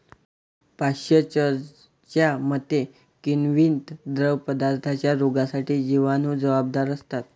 पाश्चरच्या मते, किण्वित द्रवपदार्थांच्या रोगांसाठी जिवाणू जबाबदार असतात